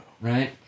right